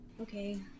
Okay